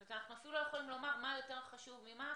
זאת אומרת אנחנו אפילו לא יכולים לומר מה יותר חשוב ממה,